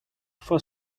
for